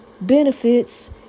benefits